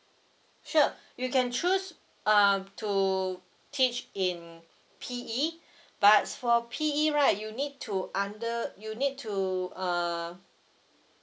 sure you can choose uh to teach in P_E but for P_E right you need to under you need to uh